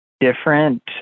Different